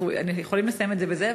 אנחנו יכולים לסיים את זה בזה,